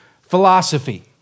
philosophy